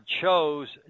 chose